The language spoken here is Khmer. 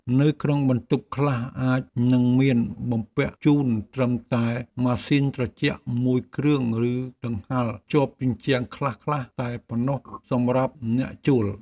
នៅក្នុងបន្ទប់ខ្លះអាចនឹងមានបំពាក់ជូនត្រឹមតែម៉ាស៊ីនត្រជាក់មួយគ្រឿងឬកង្ហារជាប់ជញ្ជាំងខ្លះៗតែប៉ុណ្ណោះសម្រាប់អ្នកជួល។